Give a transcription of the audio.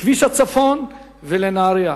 לכביש הצפון ולנהרייה.